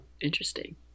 Interesting